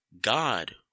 God